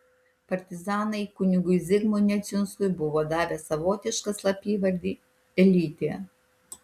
partizanai kunigui zigmui neciunskui buvo davę savotišką slapyvardį elytė